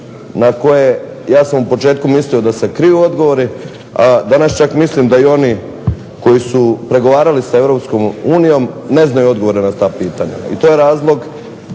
na koje ja sam u početku mislio da se kriju odgovori, a danas čak mislim da i oni koji su pregovarali sa Europskom unijom ne znaju odgovore na ta pitanja i to je razlog